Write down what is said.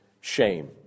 shame